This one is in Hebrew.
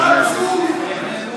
חצוף.